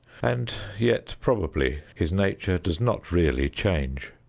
and yet probably his nature does not really change.